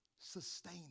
sustain